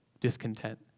discontent